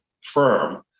firm